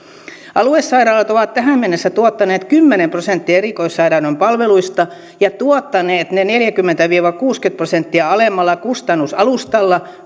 aluesairaalat ovat tähän mennessä tuottaneet kymmenen prosenttia erikoissairaanhoidon palveluista ja tuottaneet ne neljäkymmentä viiva kuusikymmentä prosenttia alemmalla kustannusalustalla